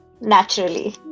naturally